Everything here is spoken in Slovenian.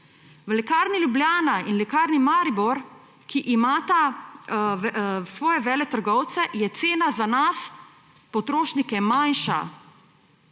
V Lekarni Ljubljana in Lekarni Maribor, ki imata svoje veletrgovce, je cena za nas potrošnike manjša.